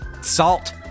Salt